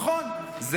נכון.